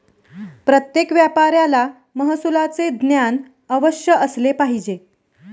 प्रत्येक व्यापाऱ्याला महसुलाचे ज्ञान अवश्य असले पाहिजे